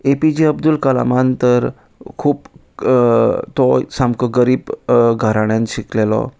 ए P J Abdul कलामान तर खूब तो सामको गरीब घराण्यांत शिकलेलो